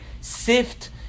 sift